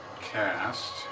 cast